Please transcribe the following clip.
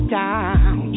down